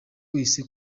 wese